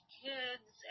kids